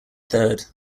third